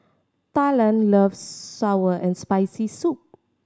Talan loves sour and Spicy Soup